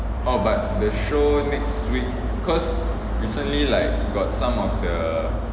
oh but the show next week cause recently like got some of the